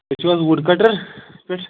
تُہۍ چھِو حظ وُڈ کَٹر پٮ۪ٹھ